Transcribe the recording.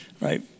Right